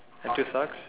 have two socks